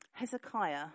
Hezekiah